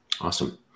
Awesome